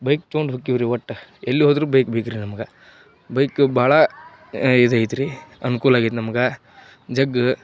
bike ತಗೊಂಡು ಹೋಕೀವ್ರಿ ಒಟ್ಟು ಎಲ್ಲಿ ಹೋದರೂ ಬೈಕ್ ಬೇಕ್ರಿ ನಮ್ಗೆ ಬೈಕ್ ಭಾಳ ಇದು ಐತ್ರಿ ಅನುಕೂಲ ಆಗೈತೆ ನಮ್ಗೆ ಜಗ್ಗ